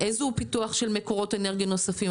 מהן הדרכים לפיתוח של מקורות אנרגיה נוספים?